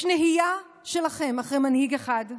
יש נהייה שלכם אחרי מנהיג אחד.